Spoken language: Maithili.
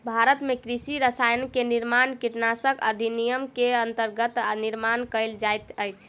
भारत में कृषि रसायन के निर्माण कीटनाशक अधिनियम के अंतर्गत निर्माण कएल जाइत अछि